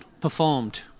performed